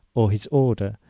or his order,